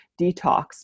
detox